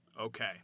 Okay